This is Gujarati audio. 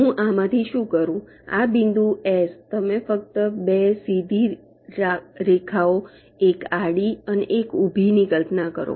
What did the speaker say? હું આમાંથી શું કરું આ બિંદુ S તમે ફક્ત 2 સીધી રેખાઓ એક આડી અને એક ઊભી ની કલ્પના કરો